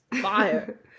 fire